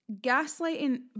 gaslighting